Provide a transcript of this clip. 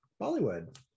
Bollywood